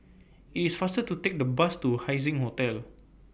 IT IS faster to Take The Bus to Haising Hotel